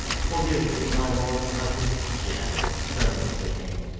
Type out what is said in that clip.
forgive me, my lord and husband she added, turning to the king,